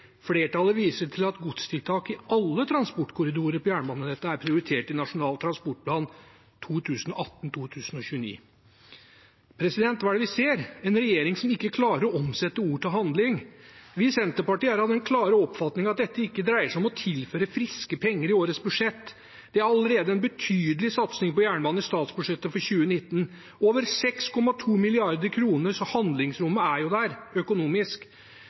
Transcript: Flertallet viser til at godstiltak i alle transportkorridorer på jernbanenettet er prioritert i Nasjonal transportplan 2018–2029.» Hva er det vi ser? En regjering som ikke klarer å omsette ord til handling. Vi i Senterpartiet er av den klare oppfatning at dette ikke dreier seg om å tilføre friske penger i årets budsjett. Det er allerede en betydelig satsing på jernbanen i statsbudsjettet for 2019, over 6,2 mrd. kr, så handlingsrommet er jo der økonomisk.